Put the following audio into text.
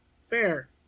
Fair